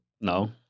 No